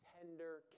tender